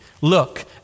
look